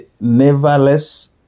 nevertheless